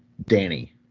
Danny